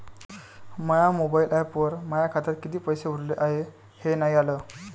माया mobile ॲपवर माया खात्यात किती पैसे उरले हाय हे नाही आलं